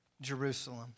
Jerusalem